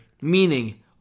Meaning